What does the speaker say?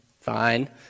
Fine